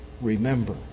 Remember